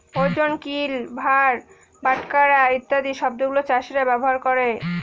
ওজন, কিল, ভার, বাটখারা ইত্যাদি শব্দগুলা চাষীরা ব্যবহার করে